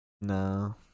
no